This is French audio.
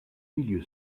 milieu